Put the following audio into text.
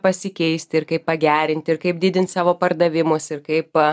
pasikeisti ir kaip pagerinti ir kaip didint savo pardavimus ir kaip